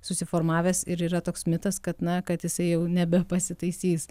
susiformavęs ir yra toks mitas kad na kad jisai jau nebepasitaisys